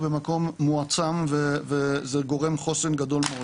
במקום מועצם וזה גורם לחוסן גדול מאוד.